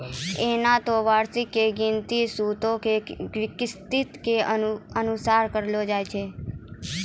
एना त वार्षिकी के गिनती सूदो के किस्तो के अनुसार करलो जाय छै